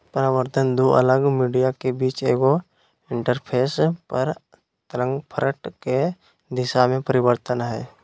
परावर्तन दू अलग मीडिया के बीच एगो इंटरफेस पर तरंगफ्रंट के दिशा में परिवर्तन हइ